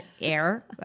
Air